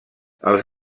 els